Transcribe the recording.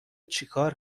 چیکار